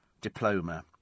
diploma